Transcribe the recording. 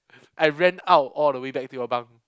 I ran out all the way that back to your bunk